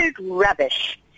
rubbish